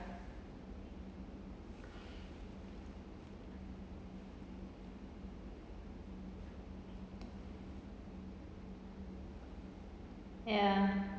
ya